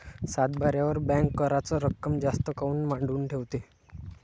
सातबाऱ्यावर बँक कराच रक्कम जास्त काऊन मांडून ठेवते?